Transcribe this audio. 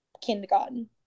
kindergarten